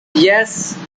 yes